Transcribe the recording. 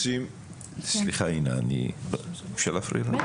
סליחה אינה, אפשר להפריע לך?